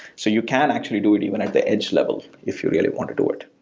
so you can actually do it even at the edge level if you really want to do it.